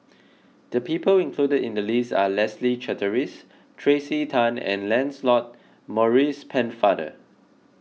the people include in the list are Leslie Charteris Tracey Tan and Lancelot Maurice Pennefather